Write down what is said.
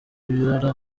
ibara